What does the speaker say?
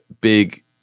big